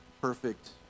perfect